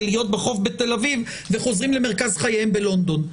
להיות בחוף בתל אביב וחוזרים למרכז חייהם בלונדון.